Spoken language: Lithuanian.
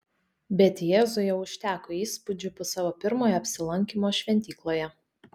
bet jėzui jau užteko įspūdžių po savo pirmojo apsilankymo šventykloje